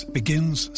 begins